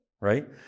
right